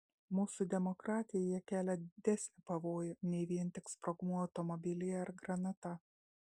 mūsų demokratijai jie kelia didesnį pavojų nei vien tik sprogmuo automobilyje ar granata